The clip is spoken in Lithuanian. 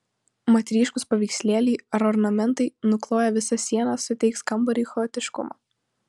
mat ryškūs paveikslėliai ar ornamentai nukloję visas sienas suteiks kambariui chaotiškumo